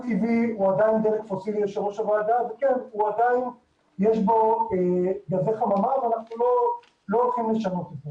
הגז הטבעי עדיין יש בו גזי חממה ואנחנו לא הולכים לשנות את זה